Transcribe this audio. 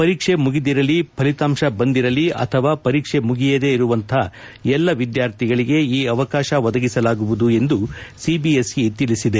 ಪರೀಕ್ಷೆ ಮುಗಿದಿರಲಿ ಫಲಿತಾಂಶ ಬಂದಿರಲಿ ಅಥವಾ ಪರೀಕ್ಷೆ ಮುಗಿಯದೇ ಇರುವಂಥ ಎಲ್ಲ ವಿದ್ಲಾರ್ಥಿಗಳಿಗೆ ಈ ಅವಕಾಶ ಒದಗಿಸಲಾಗುವುದು ಎಂದು ಸಿಬಿಎಸ್ಇ ತಿಳಿಸಿದೆ